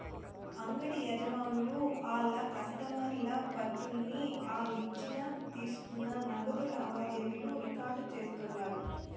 అంగిడి యజమానులు ఆళ్ల కస్టమర్ల పద్దుల్ని ఆలిచ్చిన తీసుకున్న నగదు లావాదేవీలు రికార్డు చేస్తుండారు